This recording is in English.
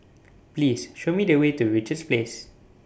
Please Show Me The Way to Richards Place